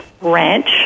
ranch